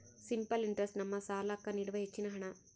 simple interest ನಮ್ಮ ಸಾಲ್ಲಾಕ್ಕ ನೀಡುವ ಹೆಚ್ಚಿನ ಹಣ್ಣ